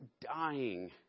dying